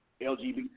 LGBT